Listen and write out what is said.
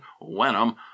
Wenham